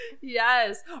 Yes